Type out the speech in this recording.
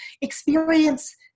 experience